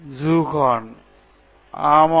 ஜீஷான் ஆமாம்